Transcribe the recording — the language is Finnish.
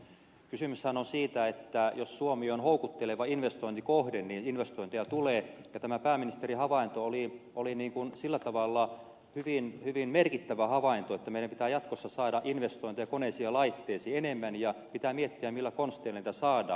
kysymyshän on siitä että jos suomi on houkutteleva investointikohde niin investointeja tulee ja tämä pääministerin havainto oli sillä tavalla hyvin merkittävä että meidän pitää jatkossa saada investointeja koneisiin ja laitteisiin enemmän ja pitää miettiä millä konsteilla niitä saadaan